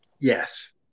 yes